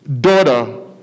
daughter